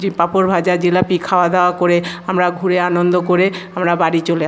জি পাঁপড় ভাঁজা জিলিপি খাওয়া দাওয়া করে আমরা ঘুরে আনন্দ করে আমরা বাড়ি চলে আ